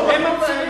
פלסטיני.